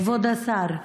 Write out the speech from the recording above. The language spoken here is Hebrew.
כבוד השר,